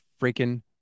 freaking